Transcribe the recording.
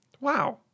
Wow